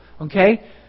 Okay